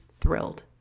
thrilled